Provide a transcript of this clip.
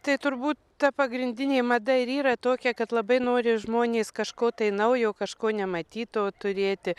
tai turbūt ta pagrindinė mada ir yra tokia kad labai nori žmonės kažko naujo kažko nematyto turėti